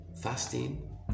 fasting